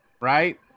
right